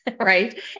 right